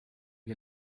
che